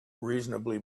reasonably